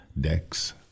decks